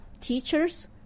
teachers